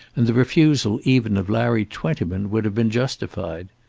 and the refusal even of larry twentyman would have been justified.